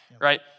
right